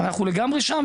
אבל אנחנו לגמרי שם.